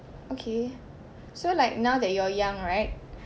okay so like now that you are young right